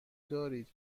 دارید